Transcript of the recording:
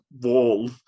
wall